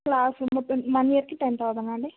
class one ఇయర్కి ten thousand ఆ అండి